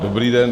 Dobrý den.